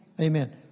Amen